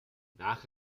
nach